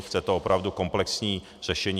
Chce to opravdu komplexní řešení.